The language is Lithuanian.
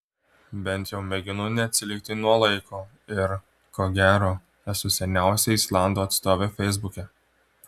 bent jau mėginu neatsilikti nuo laiko ir ko gero esu seniausia islandų atstovė feisbuke